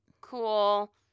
cool